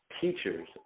teachers